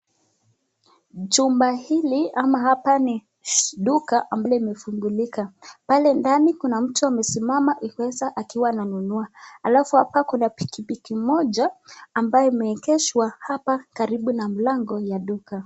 Chumba hili ama hapa ni duka ambalo limefungulika. Pale ndani kuna mtu amesimama ikiweza akiwa ananunua. Alafu hapa kuna pikipiki moja ambayo imewekeshwa hapa karibu na mlango ya duka.